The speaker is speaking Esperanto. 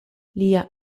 lia